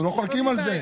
אנחנו לא חולקים על זה.